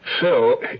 Phil